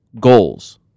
goals